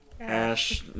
ash